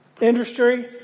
industry